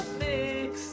mix